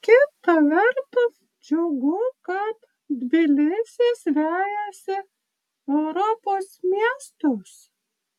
kita vertus džiugu kad tbilisis vejasi europos miestus